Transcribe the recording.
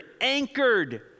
anchored